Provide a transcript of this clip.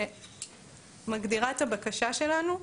אני מגדירה את הבקשה שלנו,